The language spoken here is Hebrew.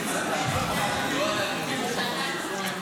כנסת נכבדה, לא אומר "גברתי השרה"